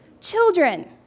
Children